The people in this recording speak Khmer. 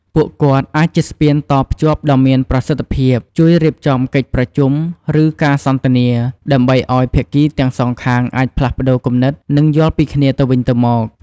ពួកគាត់អាចជាស្ពានតភ្ជាប់ដ៏មានប្រសិទ្ធភាព ជួយរៀបចំកិច្ចប្រជុំ ឬការសន្ទនា ដើម្បីឲ្យភាគីទាំងសងខាងអាចផ្លាស់ប្តូរគំនិត និងយល់ពីគ្នាទៅវិញទៅមក។